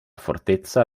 fortezza